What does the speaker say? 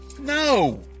No